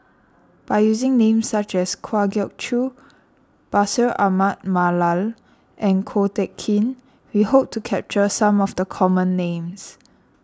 by using names such as Kwa Geok Choo Bashir Ahmad Mallal and Ko Teck Kin we hope to capture some of the common names